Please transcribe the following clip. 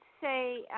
say